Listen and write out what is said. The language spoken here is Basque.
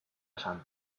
esan